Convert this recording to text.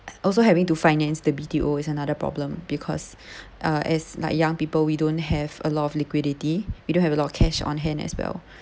also having to finance the B_T_O is another problem because uh as like young people we don't have a lot of liquidity we don't have a lot of cash on hand as well